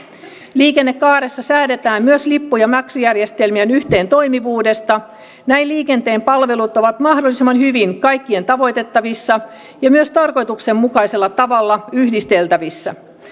liikennekaaressa säädetään myös lippu ja maksujärjestelmien yhteentoimivuudesta näin liikenteen palvelut ovat mahdollisimman hyvin kaikkien tavoitettavissa ja myös tarkoituksenmukaisella tavalla yhdisteltävissä